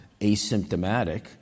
asymptomatic